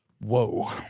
Whoa